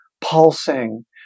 pulsing